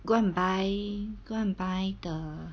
go and buy go and buy the